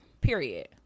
Period